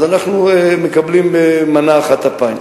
אז אנחנו מקבלים מנה אחת אפיים.